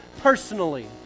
personally